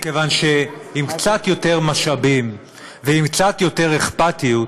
מכיוון שעם קצת יותר משאבים ועם קצת יותר אכפתיות,